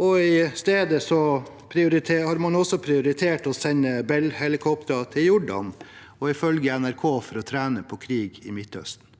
og isteden har man prioritert å sende Bell-helikoptre til Jordan, ifølge NRK for å trene på krig i Midtøsten.